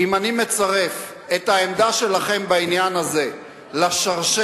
אם אני מצרף את העמדה שלכם בעניין הזה לשרשרת